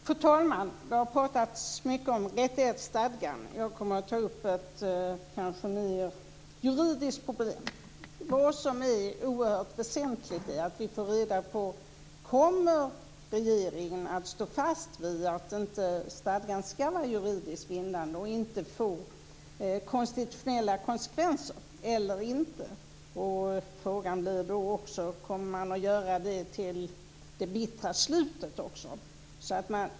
Fru talman! Det har pratats mycket om rättighetsstadgan. Jag kommer att ta upp ett problem som kanske är mer juridiskt. Det är oerhört väsentligt att få reda på om regeringen kommer att stå fast vid att stadgan inte ska vara juridiskt bindande och inte få konstitutionella konsekvenser. Frågan blir då också: Kommer man att göra detta till det bittra slutet?